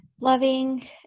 loving